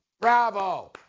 Bravo